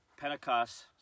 Pentecost